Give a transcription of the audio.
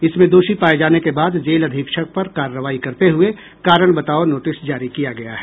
इसमें दोषी पाये जाने के बाद जेल अधीक्षक पर कार्रवाई करते हुए कारण बताओ नोटिस जारी किया गया है